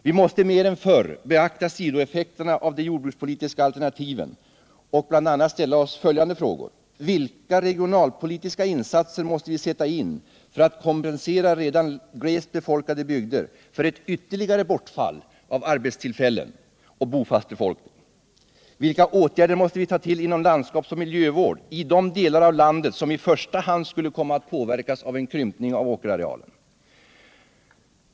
Vi måste mer än förr beakta sidoeffekterna av de jordbrukspolitiska alternativen och ställa bl.a. följande frågor: Vilka regionalpolitiska insatser måste vi sätta in för att kompensera redan glest befolkade bygder för ett ytterligare bortfall av arbetstillfällen och bofast befolkning? Vilka åtgärder måste vi ta till inom landskapsoch miljövård i de delar av vårt land som i första hand skulle komma att påverkas av en krympning av åkerarealen?